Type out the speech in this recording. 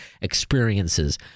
experiences